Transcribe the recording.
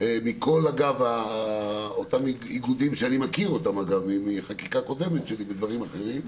מכל ארגונים שאני מכיר כבר מחקיקה קודמת שלי בדברים אחרים,